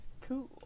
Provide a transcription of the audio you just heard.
Cool